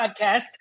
podcast